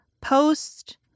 post